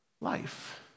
life